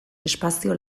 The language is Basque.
espazio